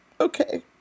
Okay